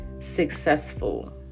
successful